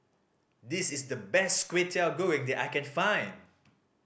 this is the best Kwetiau Goreng that I can find